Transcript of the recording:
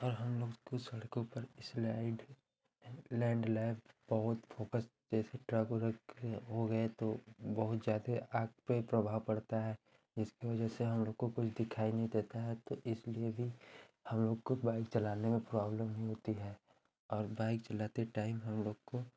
और हम लोग को सड़कों पर इस्लाइड लैण्ड लइफ़ बहुत फोकस जैसे ट्रक वरक यह हो गए तो बहुत ज़्यादा आँख पर प्रभाव पड़ता है जिसकी वजह से हम लोग को कुछ दिखाई नहीं देता है तो इसलिए भी हम लोग को बाइक चलाने में प्रॉब्लम ही होती है और बाइक चलाते टाइम हम लोग को